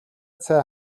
цай